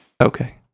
Okay